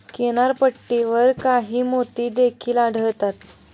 किनारपट्टीवर काही मोती देखील आढळतात